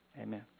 Amen